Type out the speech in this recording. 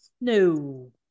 no